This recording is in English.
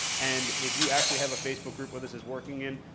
and if you actually have a facebook group where this is working in,